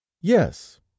yes